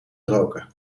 roken